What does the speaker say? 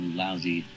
lousy